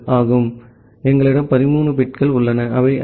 ஆகவே எங்களிடம் 13 பிட்கள் உள்ளன அவை ஐ